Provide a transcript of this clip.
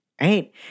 right